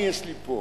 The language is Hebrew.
אני, יש לי פה.